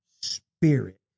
Spirit